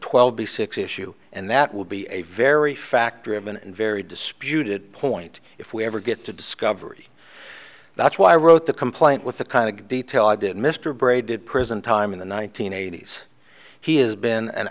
twelve b six issue and that will be a very fact driven and very disputed point if we ever get to discovery that's why i wrote the complaint with the kind of detail i did mr bray did prison time in the one nine hundred eighty s he has been an